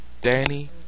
Danny